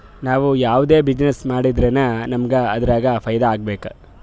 ನಾವ್ ಯಾವ್ದೇ ಬಿಸಿನ್ನೆಸ್ ಮಾಡುರ್ನು ನಮುಗ್ ಅದುರಾಗ್ ಫೈದಾ ಆಗ್ಬೇಕ